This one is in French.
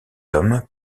hommes